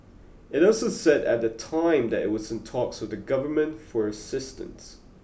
it also said at the time that it was in talks with the Government for assistance